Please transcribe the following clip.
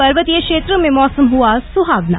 पर्वतीय क्षेत्रों में मौसम हआ सुहावना